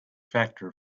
factor